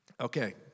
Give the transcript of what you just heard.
Okay